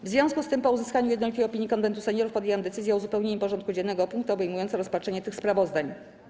W związku z tym, po uzyskaniu jednolitej opinii Konwentu Seniorów, podjęłam decyzję o uzupełnieniu porządku dziennego o punkty obejmujące rozpatrzenie tych sprawozdań.